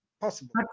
possible